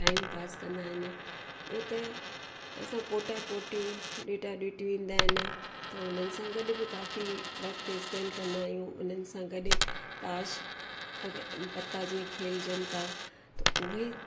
timepass कंदा आहिनि ॿियो त असां पोटा पोटी डेटा डिटियूं ईंदा आहिनि त उन्हनि सां गॾ बि काफ़ी वक़्ति स्पैंड कंदा आहियूं उन्हनि सां गॾु ताश अगरि पत्ता जीअं खेलजनि था त उहे